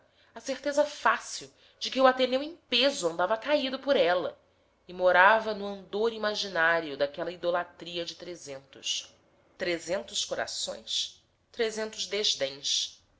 a certeza fácil de que o ateneu em peso andava caído por ela e morava no andor imaginário daquela idolatria de trezentos trezentos corações trezentos